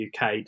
UK